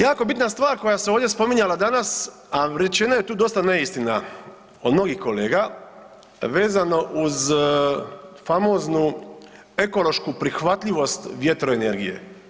Jako bitna stvar koja se ovdje spominjala danas, a rečeno je tu dosta neistina od mnogih kolega, vezano uz famoznu ekološku prihvatljivost vjetroenergije.